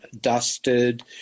dusted